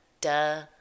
duh